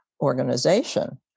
organization